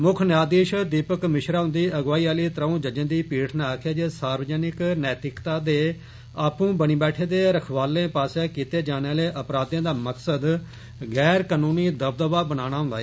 मुक्ख न्यायधीश दीपक मिश्रा हुन्दी अगुवाई आली त्रौं जजें दी पीठ नै आक्खेआ जे सार्वजनिक नैतिकता दे आपुं बनी बैठे दे रखवालें पास्सेआ कीते जाने आले अपराधें दा मकसद गैर कनूनी दबदवा बनाना होन्दा ऐ